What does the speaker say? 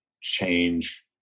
change